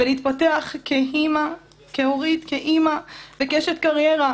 ולהתפתח כאימא וכאשת קריירה